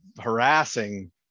harassing